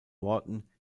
worten